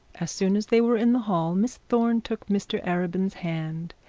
as soon as they were in the hall miss thorne took mr arabin's hand,